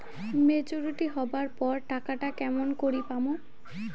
Maturity হবার পর টাকাটা কেমন করি পামু?